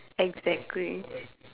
exactly